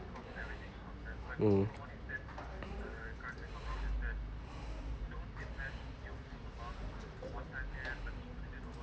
mm